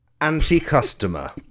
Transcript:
anti-customer